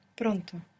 pronto